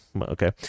Okay